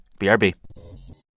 BRB